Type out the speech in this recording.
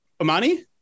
Amani